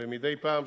ומדי פעם,